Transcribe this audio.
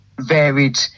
varied